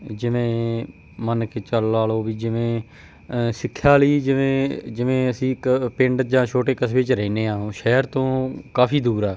ਜਿਵੇਂ ਮੰਨ ਕੇ ਚੱਲ ਲਾ ਲਉ ਵੀ ਜਿਵੇਂ ਸਿੱਖਿਆ ਲਈ ਜਿਵੇਂ ਜਿਵੇਂ ਅਸੀਂ ਇੱਕ ਪਿੰਡ ਜਾਂ ਛੋਟੇ ਕਸਬੇ 'ਚ ਰਹਿੰਦੇ ਹਾਂ ਸ਼ਹਿਰ ਤੋਂ ਕਾਫੀ ਦੂਰ ਆ